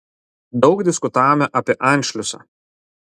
daug diskutavome apie anšliusą